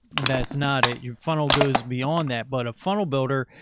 and that's not it, your funnel goes beyond that, but a funnel builder.